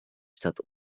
statt